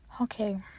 okay